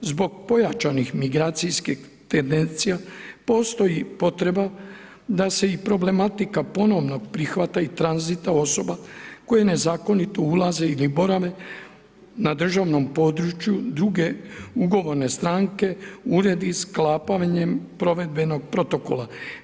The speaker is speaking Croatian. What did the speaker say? Zbog pojačanih migracijskih tendencija postoji potreba, da se problematika ponovnog prihvata i tranzita osoba koje nezakonito ulaze ili borave na državnom području, druge ugovorne stranke uredi sklapanjem provedbenog protokola.